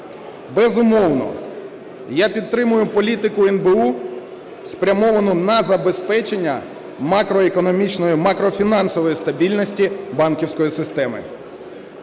безумовно, я підтримую політику НБУ, спрямовану на забезпечення макроекономічної, макрофінансової стабільності банківської системи.